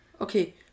Okay